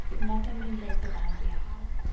nothing can break the bond we have,